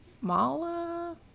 Mala